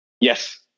Yes